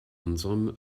unserem